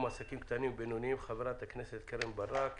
עסקים קטנים ובינוניים: חברת הכנסת קרן ברק,